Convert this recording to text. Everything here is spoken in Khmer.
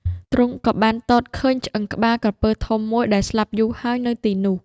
ទ្រង់ក៏បានទតឃើញឆ្អឹងក្បាលក្រពើធំមួយ ដែលស្លាប់យូរហើយនៅទីនោះ។